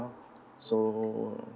so